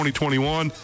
2021